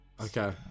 Okay